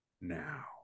now